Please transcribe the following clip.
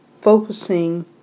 focusing